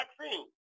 vaccine